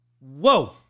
Whoa